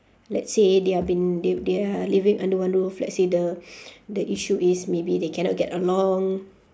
let's say they are been they they are living under one roof let's say the the issue is maybe they cannot get along